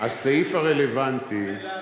זה לעתיד.